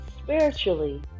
Spiritually